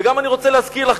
ואני גם רוצה להזכיר לך,